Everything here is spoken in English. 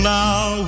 now